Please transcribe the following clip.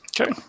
Okay